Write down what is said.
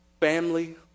family